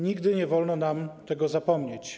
Nigdy nie wolno nam tego zapomnieć.